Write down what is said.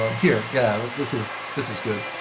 um here. yeah, this is this is good.